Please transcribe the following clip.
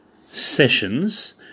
sessions